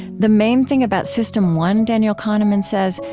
the main thing about system one, daniel kahneman says,